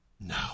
No